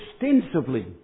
extensively